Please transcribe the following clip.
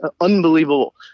unbelievable